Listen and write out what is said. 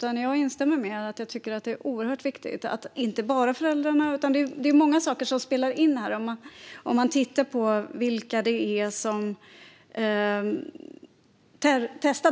Men jag instämmer i att det är många saker som spelar in när det gäller vilka det är som testar